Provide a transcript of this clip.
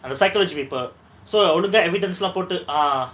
அந்த:antha psychology paper so ஒழுங்கா:olunga evidence lah போட்டு:potu ah